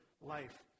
life